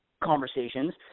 conversations